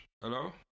Hello